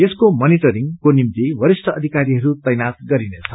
यसको मनिटरिंगको निम्ति वरिष्ट अधिकारीहरू तैनाथ गरिनेछ